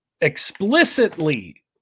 explicitly